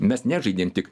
mes nežaidėm tik